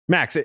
Max